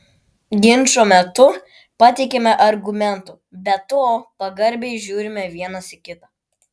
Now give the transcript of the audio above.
ginčo metu pateikiame argumentų be to pagarbiai žiūrime vienas į kitą